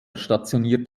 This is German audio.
stationiert